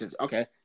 Okay